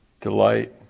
delight